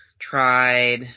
tried